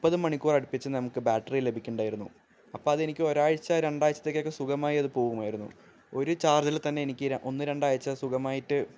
മുപ്പത് മണിക്കൂറടുപ്പിച്ച് നമുക്ക് ബാറ്ററി ലഭിക്കുന്നുണ്ടാരുന്നു അപ്പോള് അതെനിക്ക് ഒരാഴ്ച രണ്ടാഴ്ചത്തേക്കൊക്കെ സുഖമായി അത് പോകുമായിരുന്നു ഒരു ചാർജിൽ തന്നെ എനിക്ക് ഒന്ന് രണ്ടാഴ്ച സുഖമായിട്ട്